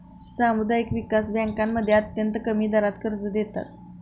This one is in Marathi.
सामुदायिक विकास बँकांमध्ये अत्यंत कमी दरात कर्ज देतात